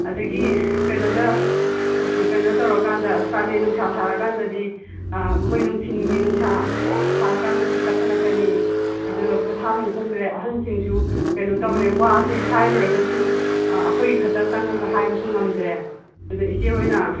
ꯑꯗꯒꯤ ꯀꯩꯅꯣꯗ ꯀꯩꯅꯣ ꯇꯧꯔꯀꯥꯟꯗ ꯀꯥꯂꯦꯟ ꯅꯨꯡꯁꯥ ꯁꯥꯔꯀꯥꯟꯗꯗꯤ ꯃꯣꯏ ꯅꯨꯡꯊꯤꯟꯒꯤ ꯅꯨꯡꯁꯥ ꯄꯣꯞ ꯁꯥꯔꯀꯥꯟꯗꯁꯨ ꯇꯛꯈꯠꯂꯛꯀꯅꯤ ꯑꯗꯨꯒ ꯄꯣꯊꯥꯐꯝ ꯈꯪꯗ꯭ꯔꯦ ꯑꯍꯟꯁꯤꯡꯁꯨ ꯀꯩꯅꯣ ꯇꯧꯔꯦ ꯋꯥꯁꯦ ꯍꯥꯏꯔꯨꯔꯒꯁꯨ ꯑꯩꯈꯣꯏ ꯈꯛꯇ ꯆꯪꯉꯒ ꯍꯥꯏꯕꯁꯨ ꯉꯝꯗ꯭ꯔꯦ ꯑꯗ ꯏꯆꯦ ꯍꯣꯏꯅ